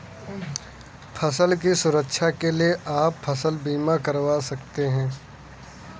फसल की सुरक्षा के लिए आप फसल बीमा करवा सकते है